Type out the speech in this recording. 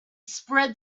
spread